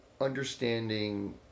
understanding